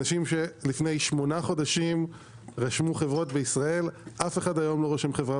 אנשים שלפני שמונה חודשים רשמו חברות בישראל - אף אחד היום לא רושם חברה